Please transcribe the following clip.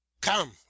come